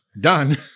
done